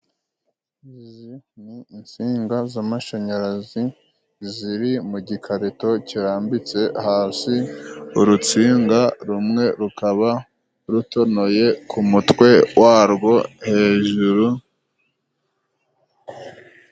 Zi ni insinga z'amashanyarazi ziri mu gikarito kirambitse hasi. Urutsinga rumwe rukaba rutonoye ku mutwe warwo hejuru.